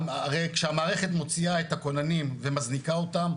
הרי כשהמערכת מוציאה את הכוננים ומזניקה אותם,